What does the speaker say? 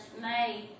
made